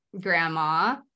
grandma